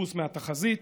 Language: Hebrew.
פספוס מהתחזית,